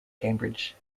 cambridge